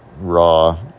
raw